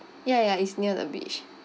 ya ya it's near the beach